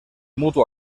mutu